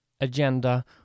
agenda